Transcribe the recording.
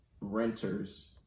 Renters